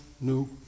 new